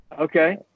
Okay